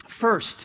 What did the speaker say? First